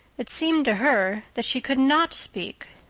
it seemed to her that she could not speak.